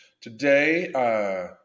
Today